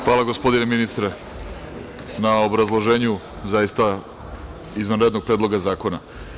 Hvala, gospodine ministre, na obrazloženju zaista izvanrednog predloga zakona.